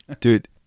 Dude